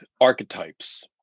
archetypes